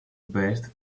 best